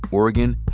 oregon,